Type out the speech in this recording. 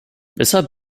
weshalb